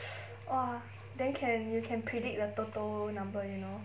!wah! then can you can predict the TOTO number you know